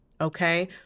okay